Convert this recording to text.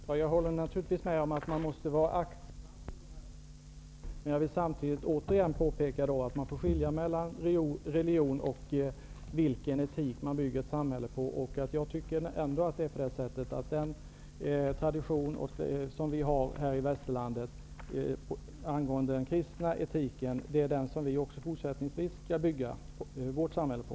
Herr talman! Jag håller naturligtvis med om att man måste vara aktsam i de här sammanhangen, men jag vill samtidigt återigen påpeka att man måste skilja mellan religion och vilken etik man bygger ett samhälle på. Jag menar ändå att den tradition av kristen etik som vi har här i västerlandet är den som vi också fortsättningsvis skall bygga vårt samhälle på.